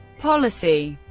policy